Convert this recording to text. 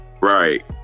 Right